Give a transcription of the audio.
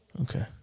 Okay